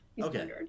okay